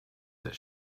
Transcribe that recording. that